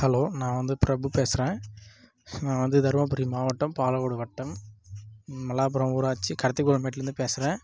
hello நான் வந்து பிரபு பேசுகிறேன் நான் வந்து தர்மபுரி மாவட்டம் பாலக்கோடு வட்டம் மலாபுரம் ஊராட்சி கருத்திக்கொளமேட்டுலேருந்து பேசுகிறேன்